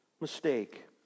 mistake